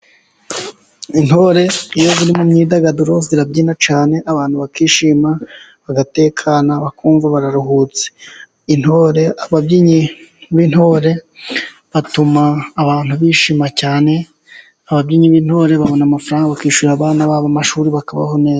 Intore iyo ziri mu myidagaduro zirabyina cyane abantu bakishima, bagatekana, bakumva bararuhutse. Ababyinnyi b'intore batuma abantu bishima cyane, ababyinnyi b'intore babona amafaranga bakishyurira abana babo amashuri bakabaho neza.